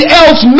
else